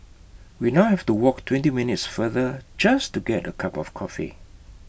we now have to walk twenty minutes farther just to get A cup of coffee